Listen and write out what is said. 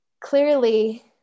clearly